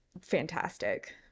fantastic